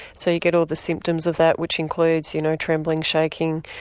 so you get all the symptoms of that which includes you know trembling, shaking,